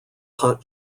hot